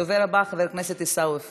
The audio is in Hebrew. הדובר הבא, חבר הכנסת עיסאווי פריג'.